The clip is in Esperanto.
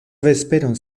vesperon